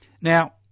now